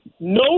No